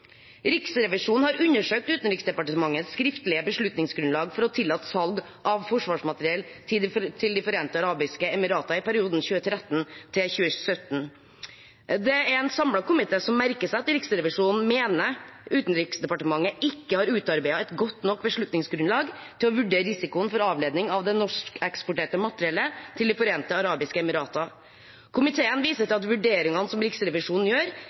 Riksrevisjonen har undersøkt Utenriksdepartementets skriftlige beslutningsgrunnlag for å tillate salg av forsvarsmateriell til De forente arabiske emirater i perioden 2013–2017. Det er en samlet komité som merker seg at Riksrevisjonen mener Utenriksdepartementet ikke har utarbeidet godt nok beslutningsgrunnlag til å vurdere risikoen for avledning av det norskeksporterte materiellet til De forente arabiske emirater. Komiteen viser til at vurderingene som Riksrevisjonen gjør,